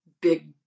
big